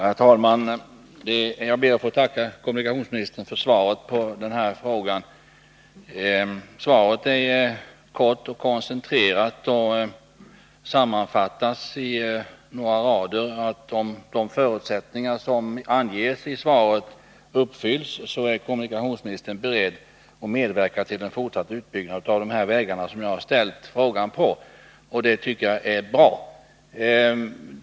Herr talman! Jag ber att få tacka kommunikationsministern för svaret på den här frågan. Svaret är kort och koncentrerat, och det sammanfattar i några rader att om de förutsättningar som anges i svaret uppfylls, så är kommunikationsministern beredd att medverka till en fortsatt utbyggnad av de vägar som jag har frågat om. Det tycker jag är bra.